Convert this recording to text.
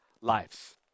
lives